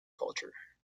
culture